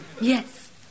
Yes